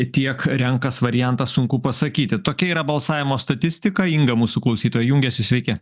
tiek renkas variantą sunku pasakyti tokia yra balsavimo statistika inga mūsų klausytoja jungiasi sveiki